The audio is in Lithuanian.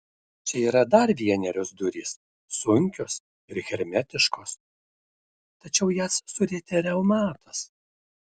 čia yra dar vienerios durys sunkios ir hermetiškos tačiau jas surietė reumatas